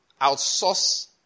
outsource